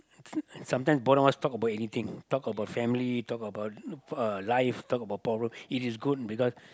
sometimes both of us talk about anything talk about family talk about uh life talk about problem it is good because